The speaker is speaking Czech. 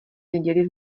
neděli